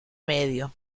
medio